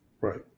right